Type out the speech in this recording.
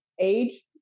Age